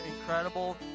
incredible